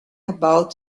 about